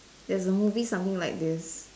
there is a movie something like this